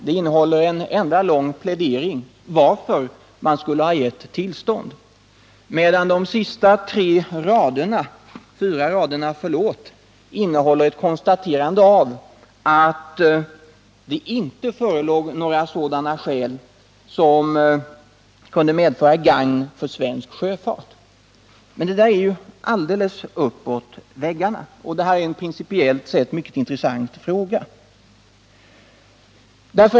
Det är en enda lång plädering för varför man skulle ha gett tillstånd till försäljning, medan de sista fyra raderna innehåller ett konstaterande av att en försäljning inte skulle vara till gagn för svensk sjöfart. Men det där är ju alldeles uppåt väggarna. Principiellt är det här en mycket intressant fråga.